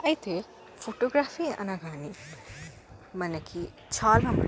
అయితే ఫోటోగ్రఫీ అనగానే మనకి చాలా మట్టుకు